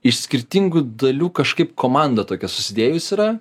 iš skirtingų dalių kažkaip komanda tokia susidėjus yra